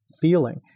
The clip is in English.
feeling